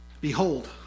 Behold